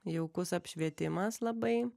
jaukus apšvietimas labai